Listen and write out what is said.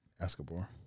Escobar